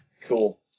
Cool